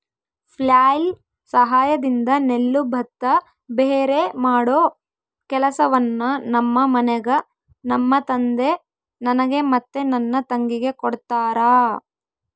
flail ಸಹಾಯದಿಂದ ನೆಲ್ಲು ಭತ್ತ ಭೇರೆಮಾಡೊ ಕೆಲಸವನ್ನ ನಮ್ಮ ಮನೆಗ ನಮ್ಮ ತಂದೆ ನನಗೆ ಮತ್ತೆ ನನ್ನ ತಂಗಿಗೆ ಕೊಡ್ತಾರಾ